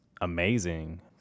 amazing